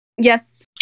yes